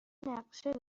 نقشه